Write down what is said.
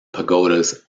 pagodas